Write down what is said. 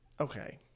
Okay